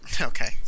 Okay